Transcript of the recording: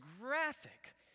graphic